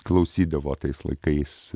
klausydavo tais laikais